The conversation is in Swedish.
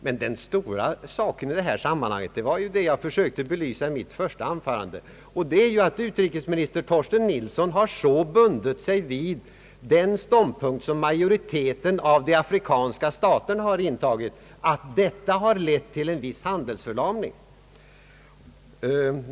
Men den viktigaste punkten i detta sammanhang är det jag försökte belysa i mitt första anförande, nämligen att utrikesministern Torsten Nilsson så bundit sig vid den ståndpunkt som majoriteten av de afrikanska staterna har intagit att detta har lett till en viss handlingsförlamning.